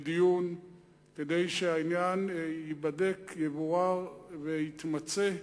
כדי שהעניין ייבדק, יבורר ויתמצה,